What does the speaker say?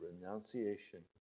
renunciation